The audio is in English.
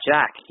Jack